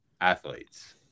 athletes